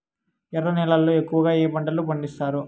ఎర్ర నేలల్లో ఎక్కువగా ఏ పంటలు పండిస్తారు